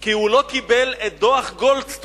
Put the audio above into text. כי הוא לא קיבל את דוח גולדסטון.